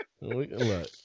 Look